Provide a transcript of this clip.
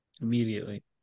Immediately